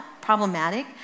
problematic